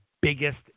biggest